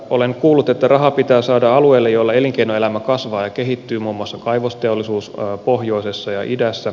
olen kuullut että rahaa pitää saada alueille joilla elinkeinoelämä kasvaa ja kehittyy muun muassa kaivosteollisuus pohjoisessa ja idässä